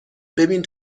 ببین